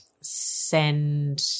send